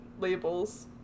labels